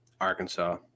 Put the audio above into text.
Arkansas